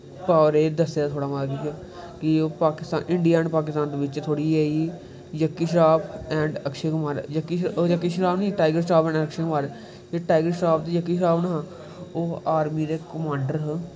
बारे च दस्से दा हा थोह्ड़ा मता कि इंडिया ऐंड़ पाकिस्तान दे बिच्च थोह्ड़ी जी टाईगर शराफ ते अकशे कुमार जेह्के टाईगर शराफ दे अकसे कुमार न ओह् आर्मी दे कमांडर हे